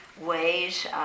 ways